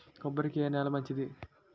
కొబ్బరి కి ఏ నేల మంచిది?